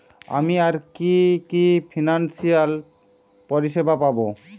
আমি আর কি কি ফিনান্সসিয়াল পরিষেবা পাব?